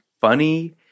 funny